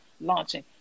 launching